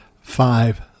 five